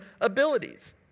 abilities